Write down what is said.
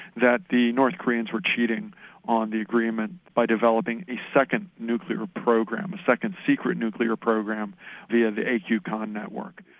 that the north koreans were cheating on the agreement by developing a second nuclear program, a second secret nuclear program via the a. q. khan network.